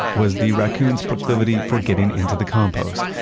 was the raccoons' proclivity for getting into the compost,